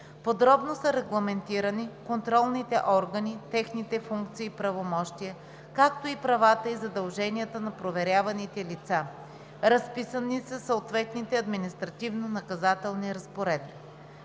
Подробно са регламентирани контролните органи, техните функции и правомощия, както и правата и задълженията на проверяваните лица. Разписани са съответните административнонаказателни разпоредби.